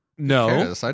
no